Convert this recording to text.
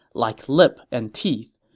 like lip and teeth,